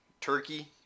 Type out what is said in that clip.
Turkey